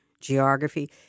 geography